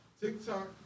TikTok